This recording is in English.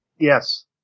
Yes